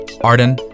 Arden